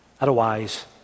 Otherwise